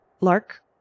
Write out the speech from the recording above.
Lark